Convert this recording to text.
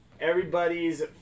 Everybody's